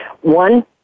One